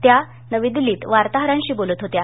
त्या नवी दिल्लीत वार्ताहरांशी बोलत होत्या